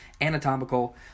anatomical